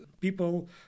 people